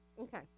okay